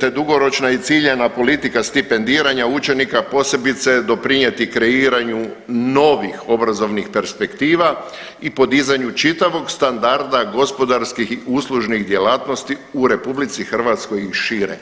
te dugoročna i ciljana politika stipendiranja učenika posebice doprinijeti kreiranju novih obrazovnih perspektiva i podizanju čitavog standarda gospodarskih i uslužnih djelatnosti u RH i šire.